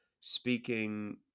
speaking